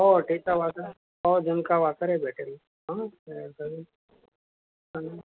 हो ठेचा भाकर वा हो झुणका भाकरही भेटेल अजून काही